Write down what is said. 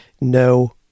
no